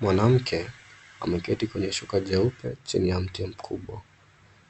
Mwanamke ameketi kwenye shuka jeupe chini ya mti mkubwa.